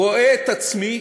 רואה את עצמי,